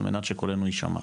על מנת שקולנו ישמע.